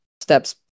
steps